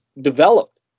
developed